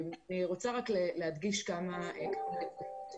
אני רוצה להדגיש כמה דברים: